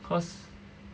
cause